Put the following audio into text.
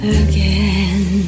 again